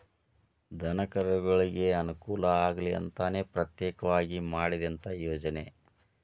ದನಕರುಗಳಿಗೆ ಅನುಕೂಲ ಆಗಲಿ ಅಂತನ ಪ್ರತ್ಯೇಕವಾಗಿ ಮಾಡಿದಂತ ಯೋಜನೆ